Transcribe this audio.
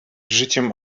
życiem